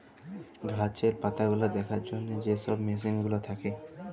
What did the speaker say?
গাহাচের পাতাগুলা দ্যাখার জ্যনহে যে ছব মেসিল গুলা থ্যাকে